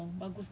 so is that good